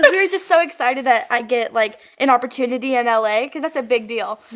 but we were just so excited that i get like an opportunity in l a, because that's a big deal.